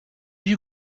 you